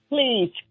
please